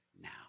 now